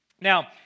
Now